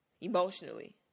emotionally